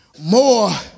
More